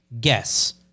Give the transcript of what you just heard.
guess